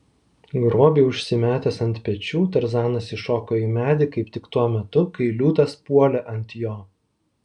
grobį užsimetęs ant pečių tarzanas įšoko į medį kaip tik tuo metu kai liūtas puolė ant jo